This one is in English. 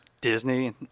Disney